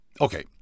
Okay